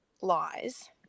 lies